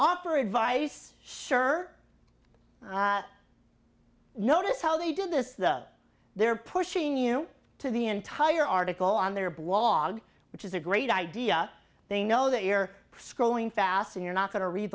offer advice sure notice how they do this though they're pushing you to the entire article on their blog which is a great idea they know that you're scrolling fast and you're not going to read